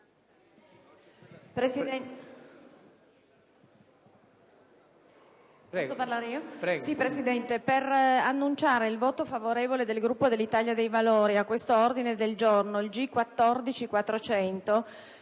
Presidente, annuncio il voto favorevole del Gruppo Italia dei Valori a questo ordine del giorno in quanto